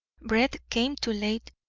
bread came too late.